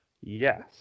Yes